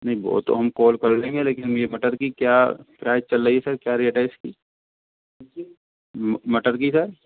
नहीं वो तो हम कॉल कर लेंगे लेकिन ये मटर कि क्या प्राइस चल रही है सर क्या रेट है इसकी मटर की सर